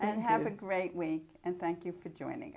and have a great way and thank you for joining